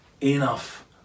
enough